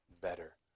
better